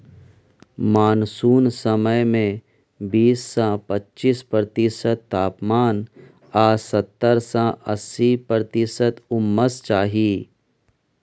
monsoon समय मे बीस सँ चालीस प्रतिशत तापमान आ सत्तर सँ अस्सी प्रतिशत उम्मस चाही